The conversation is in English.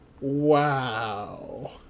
Wow